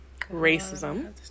racism